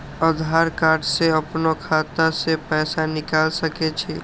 आधार कार्ड से अपनो खाता से पैसा निकाल सके छी?